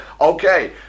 okay